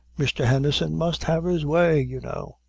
mr. henderson must have his way, you know.